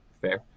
Fair